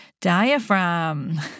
diaphragm